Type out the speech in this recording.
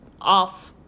off